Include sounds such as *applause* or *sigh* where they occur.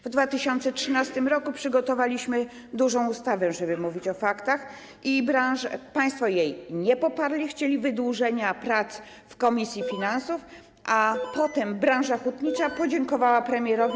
W 2013 r. przygotowaliśmy dużą ustawę, żeby mówić o faktach, państwo jej nie poparli, chcieli wydłużenia prac w komisji finansów, *noise* a potem branża hutnicza podziękowała premierowi.